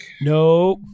no